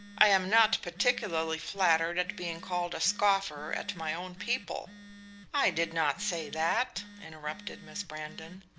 i am not particularly flattered at being called a scoffer at my own people i did not say that, interrupted miss brandon.